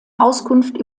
auskunft